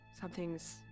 Something's